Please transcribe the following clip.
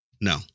No